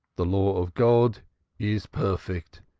the law of god is perfect,